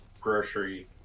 grocery